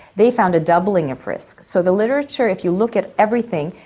they found a doubling of risk. so the literature, if you look at everything,